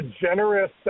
generous